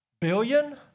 billion